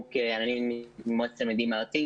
אני ממועצת התלמידים הארצית,